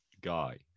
guy